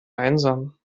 einsam